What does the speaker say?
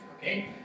Okay